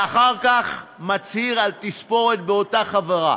ואחר כך מצהיר על תספורת באותה חברה,